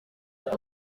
ubwo